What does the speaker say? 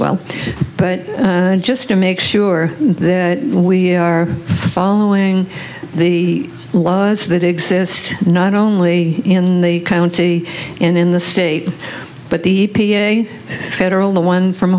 well but just to make sure that we are following the laws that exist not only in the county and in the state but the e p a federal the one from